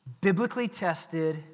biblically-tested